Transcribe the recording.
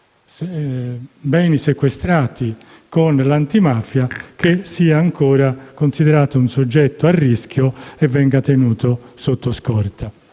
beni sequestrati con l'antimafia, sia ancora considerato a rischio e venga tenuto sotto scorta.